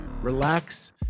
relax